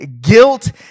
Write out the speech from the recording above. guilt